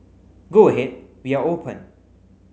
go ahead we are open